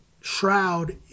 Shroud